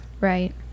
right